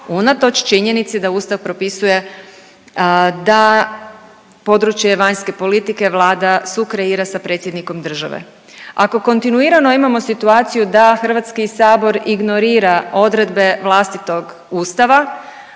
unatoč činjenici da ustav propisuje da područje vanjske politike Vlada sukreira sa predsjednikom države. Ako kontinuirano imamo situaciju da HS ignorira odredbe vlastitog ustava